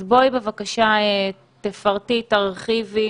אז בבקשה, תפרטי, תרחיבי,